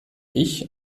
ich